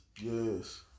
Yes